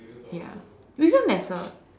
ya which one there's a